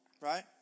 right